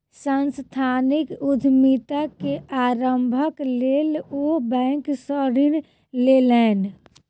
सांस्थानिक उद्यमिता के आरम्भक लेल ओ बैंक सॅ ऋण लेलैन